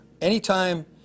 anytime